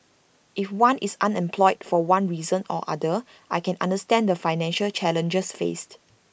if one is unemployed for one reason or other I can understand the financial challenges faced